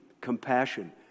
Compassion